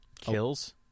kills